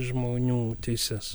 žmonių teises